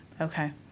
Okay